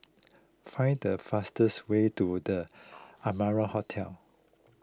find the fastest way to the Amara Hotel